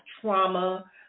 trauma